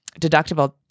deductible